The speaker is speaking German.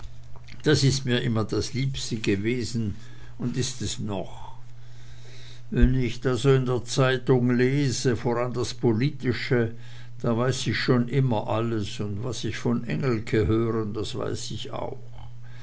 das ist mir immer das liebste gewesen und ist es noch was ich da so in den zeitungen lese voran das politische das weiß ich schon immer alles und was ich von engelke höre das weiß ich auch